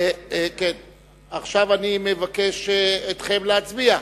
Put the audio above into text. עכשיו אני מבקש מכם להצביע.